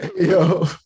Yo